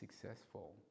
successful